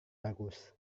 bagus